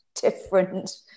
different